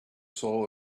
soul